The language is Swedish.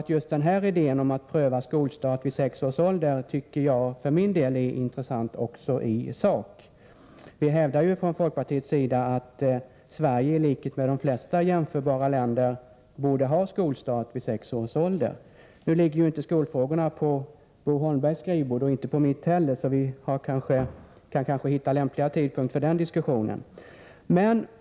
Just idén att pröva skolstart vid sex års ålder tycker jag för min del är intressant även i sak. Från folkpartiets sida hävdar vi ju att Sverige i likhet med de flesta jämförbara länder borde ha skolstart vid sex års ålder. Nu ligger inte skolfrågorna på Bo Holmbergs skrivbord, och inte på mitt heller, så man kan kanske hitta en lämpligare tidpunkt för den diskussionen.